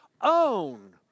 own